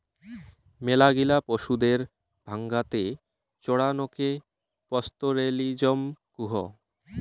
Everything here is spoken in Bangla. মেলাগিলা পশুদের ডাঙাতে চরানকে পাস্তোরেলিজম কুহ